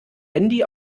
handy